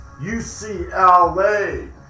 UCLA